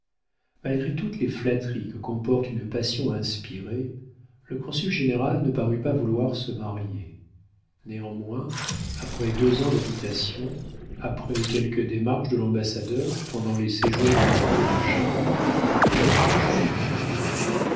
malgré toutes les flatteries que comporte une passion inspirée le consul général ne parut pas vouloir se marier néanmoins après deux ans d'habitation après quelques démarches de l'ambassadeur pendant les séjours de la cour à gênes le mariage fut conclu